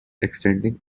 extending